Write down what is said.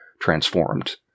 transformed